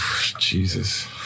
Jesus